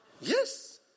Yes